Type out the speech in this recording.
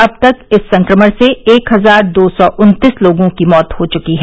अब तक इस संक्रमण से एक हजार दो सौ उन्तीस लोगों की मौत हो चुकी है